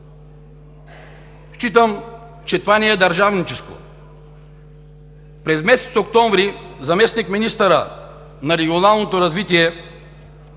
Считам, че това не е държавническо. През месец октомври заместник-министърът на регионалното развитие